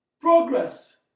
Progress